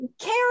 care